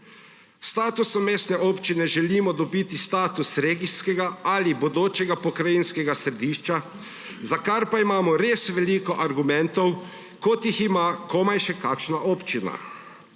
statusom mestne občine želimo dobiti status regijskega ali bodočega pokrajinskega središča, za kar pa imamo res veliko argumentov, kot jih ima komaj še kakšna občina,